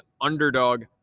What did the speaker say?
underdog